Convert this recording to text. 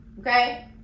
okay